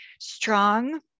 Strong